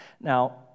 Now